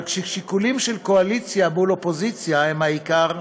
אבל כששיקולים של קואליציה מול אופוזיציה הם העיקר,